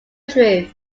truth